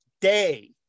day